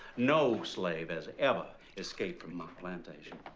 no slave has ever escaped from my plantation.